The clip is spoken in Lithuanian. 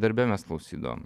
darbe mes klausydavom